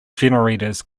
generators